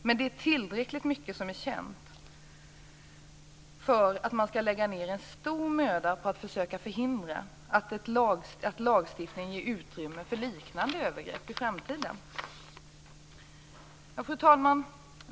Men tillräckligt mycket är känt för att man skall lägga ned stor möda på att försöka förhindra att lagstiftningen ger utrymme för liknande övergrepp i framtiden. Fru talman!